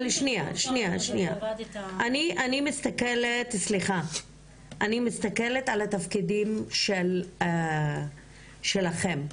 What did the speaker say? אבל סליחה, אני מסתכלת על התפקידים שלכם,